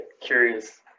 curious